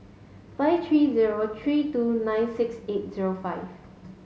five three zero three two nine six eight zero five